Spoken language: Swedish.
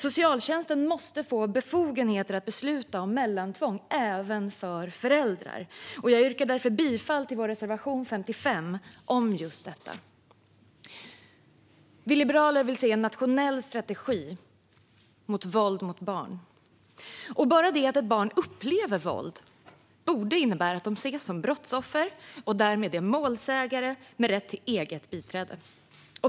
Socialtjänsten måste få befogenheter att besluta om mellantvång även för föräldrar. Jag yrkar därför bifall till vår reservation 55 om just detta. Vi liberaler vill se en nationell strategi mot våld mot barn. Bara det att ett barn upplever våld borde innebära att de ska ses som brottsoffer och därmed som målsägare med rätt till eget biträde.